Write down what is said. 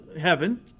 heaven